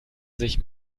sich